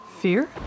Fear